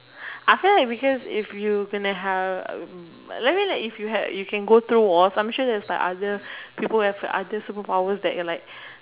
I feel like because if you gonna have I mean like if you have you can go through walls I'm sure that there are other people who have other superpower that you are like